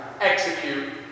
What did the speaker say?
execute